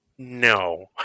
no